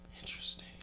Interesting